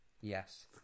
yes